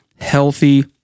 healthy